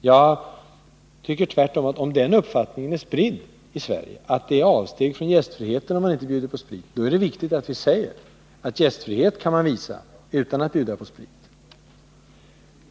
Om den uppfattningen skulle vara spridd i Sverige, att det är dålig gästfrihet att inte bjuda på sprit, då är det viktigt att vi hävdar att man kan visa gästfrihet utan att bjuda på sprit.